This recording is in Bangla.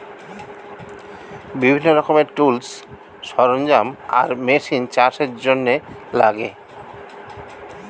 বিভিন্ন রকমের টুলস, সরঞ্জাম আর মেশিন চাষের জন্যে লাগে